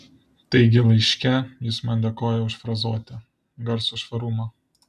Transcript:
taigi laiške jis man dėkoja už frazuotę garso švarumą